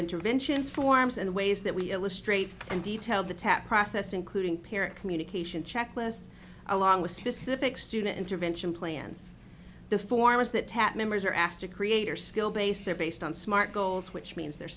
interventions forms and ways that we illustrate and detail the tatt process including peer communication checklist along with specific student intervention plans the forms that tap members are asked to create or skill based they're based on smart goals which means they're